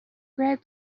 bread